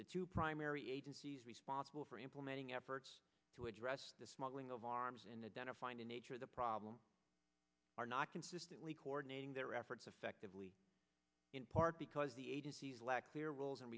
the two primary agencies responsible for implementing efforts to address the smuggling of arms and the den of find in nature the problem are not consistently coordinating their efforts affectively in part because the agencies lack clear rules and